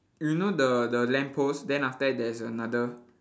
you know the the lamppost then after that there's another